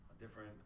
different